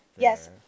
Yes